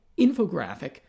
infographic